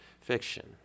Fiction